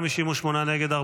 58 נגד,